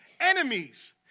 enemies